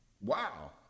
Wow